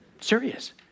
Serious